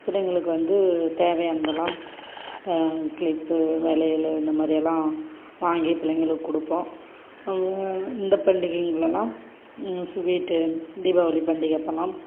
பிள்ளைங்களுக்கு வந்து தேவையானதெல்லாம் க்ளிப்பு வளையல் இந்தமாதிரியெல்லாம் வாங்கி பிள்ளைங்களுக்குக் கொடுப்போம் இந்த பண்டிகைங்களெல்லாம் ஸ்வீட்டு தீபாவளி பண்டிகை அப்போலாம்